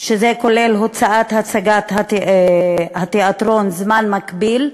שזה כולל הוצאת הצגת התיאטרון "הזמן המקביל",